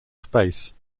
space